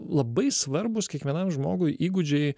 labai svarbūs kiekvienam žmogui įgūdžiai